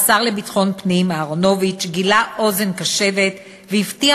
השר לביטחון פנים אהרונוביץ גילה אוזן קשבת והבטיח